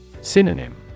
Synonym